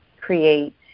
create